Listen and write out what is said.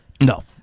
No